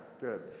Good